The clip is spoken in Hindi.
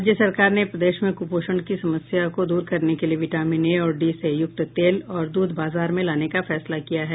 राज्य सरकार ने प्रदेश में कूपोषण की समस्या को दूर करने के लिए विटामिन ए और डी से यूक्त तेल और दूध बाजार में लाने का फैसला किया है